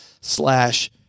slash